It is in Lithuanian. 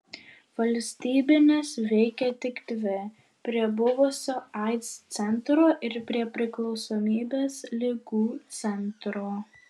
valstybinės veikė tik dvi prie buvusio aids centro ir prie priklausomybės ligų centro